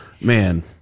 man